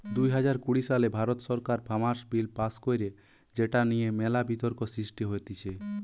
দুই হাজার কুড়ি সালে ভারত সরকার ফার্মার্স বিল পাস্ কইরে যেটা নিয়ে মেলা বিতর্ক সৃষ্টি হতিছে